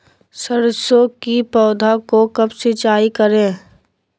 सरसों की पौधा को कब सिंचाई करे?